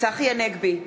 צחי הנגבי,